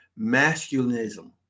masculinism